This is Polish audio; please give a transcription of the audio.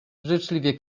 życzliwie